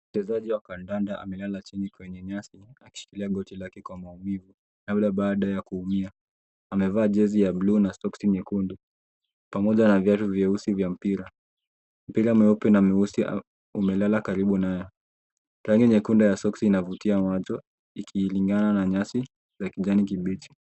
Mchezaji wa kandanda amelala chini kwenye nyasi akishikilia goti lake kwa maumivu, labda baada ya kuumia. Amevaa jezi ya buluu na soksi nyekundu, pamoja na viatu vyeusi vya mpira. Mpira mweupe na mweusi umelala karibu naye. Rangi nyekundu ya soksi inavutia macho, ikilingana na nyasi ya kijani kibichi.